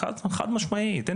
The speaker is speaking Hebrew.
חד-משמעית, לאה.